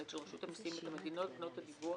של רשות המסים את המדינות בנות הדיווח